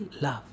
love